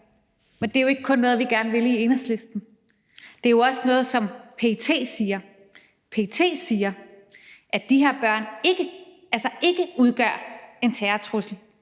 men det er jo ikke kun noget, vi gerne vil i Enhedslisten. Det er jo også noget, som PET siger. PET siger, at de her børn ikke udgør en terrortrussel